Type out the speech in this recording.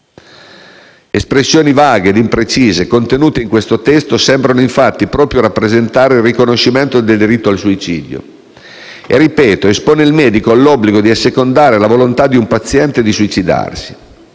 Espressioni vaghe e imprecise contenute nel testo in esame sembrano infatti proprio rappresentare il riconoscimento del diritto al suicidio. Il provvedimento - ripeto - espone il medico all'obbligo di assecondare la volontà di un paziente di suicidarsi.